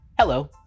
Hello